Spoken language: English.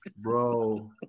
Bro